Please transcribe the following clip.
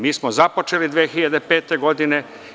Mi smo započeli 2005. godine.